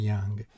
Young». ¶¶